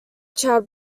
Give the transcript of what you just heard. chad